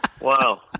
Wow